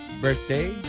birthday